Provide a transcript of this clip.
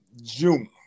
June